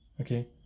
Okay